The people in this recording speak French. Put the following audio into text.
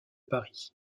paris